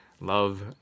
love